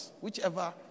whichever